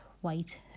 white